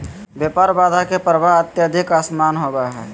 व्यापार बाधा के प्रभाव अत्यधिक असमान होबो हइ